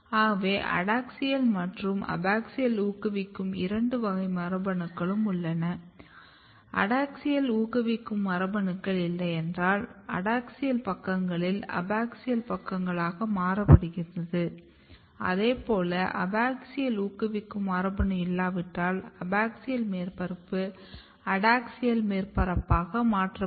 ஆகவே அடாக்ஸியல் மற்றும் அபாக்ஸியல் ஊக்குவிக்கும் இரண்டு வகை மரபணுக்கள் உள்ளன அடாக்ஸியல் ஊக்குவிக்கும் மரபணுக்கள் இல்லையென்றால் அடாக்ஸியல் பக்கங்கள் அபாக்ஸியல் பக்கங்களாக மாற்றப்படுகின்றன அதேபோல் அபாக்ஸியல் ஊக்குவிக்கும் மரபணு இல்லாவிட்டால் அபாக்சியல் மேற்பரப்பு அடாக்ஸியல் மேற்பரப்பாக மாற்றப்படும்